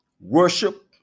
worship